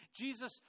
Jesus